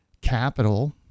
capital